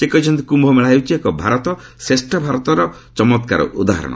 ସେ କହିଛନ୍ତି କ୍ୟୁ ମେଳା ହେଉଛି ଏକ ଭାରତ ଶ୍ରେଷ୍ଠ ଭାରତର ଏକ ଚମକ୍କାର ଉଦାହରଣ